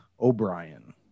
O'Brien